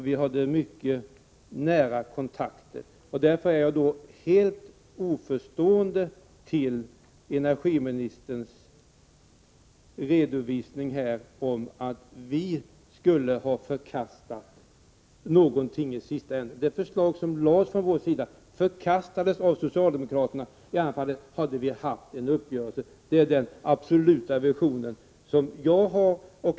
Vi hade mycket nära kontakt. Därför ställer jag mig helt oförstående till energiministerns redovisning här, dvs. till att vi skulle ha förkastat något förslag i slutändan. Det förslag som lades fram från vår sida förkastades av socialdemokraterna. I annat fall hade vi haft en uppgörelse. Det är min absoluta version av det hela.